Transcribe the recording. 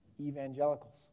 evangelicals